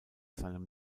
seinem